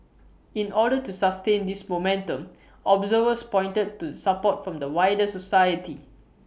in order to sustain this momentum observers pointed to the support from the wider society